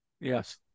yes